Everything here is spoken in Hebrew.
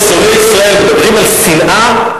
שונאי ישראל מדברים על שנאה.